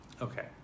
Okay